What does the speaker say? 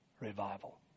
revival